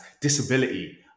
disability